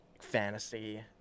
fantasy